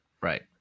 Right